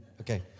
Okay